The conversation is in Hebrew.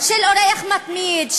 של אורח מתמיד,